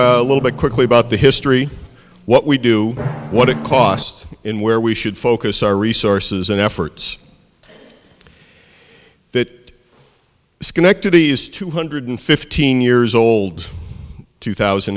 a little bit quickly about the history of what we do what it cost in where we should focus our resources and efforts that schenectady is two hundred fifteen years old two thousand